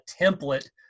template